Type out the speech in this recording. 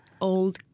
old